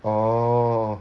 orh